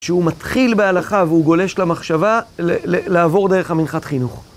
שהוא מתחיל בהלכה והוא גולש למחשבה לעבור דרך המנחת חינוך.